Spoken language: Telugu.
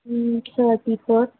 hmm thirty four